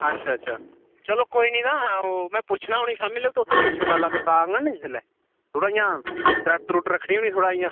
अच्छा अच्छा चलो कोई निं ना ओह् में पुच्छना उ'नें ई शामीं लै तुस बी पुच्छेओ कल्ल अगर कल्ल औङन निं जिसलै थोह्ड़ा इ'यां द्रड द्रुड रक्खनी उ'नें ई थोह्ड़ा इ'यां